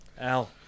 Al